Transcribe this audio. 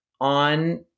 on